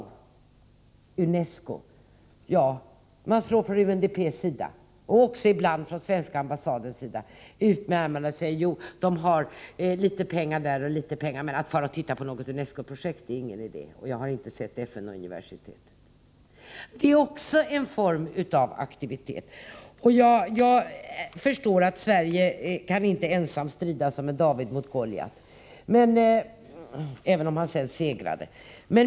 När det gäller UNESCO slår man från UNDP:s sida, också ibland från svenska ambassadens sida, ut med armarna och säger att organisationen har litet pengar här och litet pengar där. Men att fara och titta på något UNESCO-projekt är inte någon idé. Jag har inte sett FN-universitetet. Detta är också en form av aktivitet. Jag förstår att Sverige inte ensamt kan strida som en David mot Goliat — även om han sedan segrade.